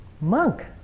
monk